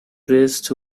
raced